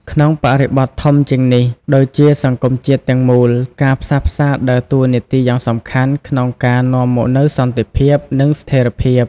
ក្នុងបរិបទធំជាងនេះ ដូចជាសង្គមជាតិទាំងមូល ការផ្សះផ្សាដើរតួនាទីយ៉ាងសំខាន់ក្នុងការនាំមកនូវសន្តិភាព និងស្ថិរភាព។